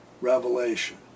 revelation